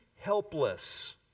helpless